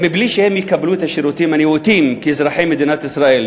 בלי שהם יקבלו את השירותים הנאותים כאזרחי מדינת ישראל,